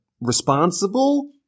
responsible